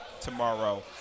tomorrow